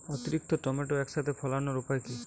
অতিরিক্ত টমেটো একসাথে ফলানোর উপায় কী?